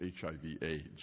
HIV-AIDS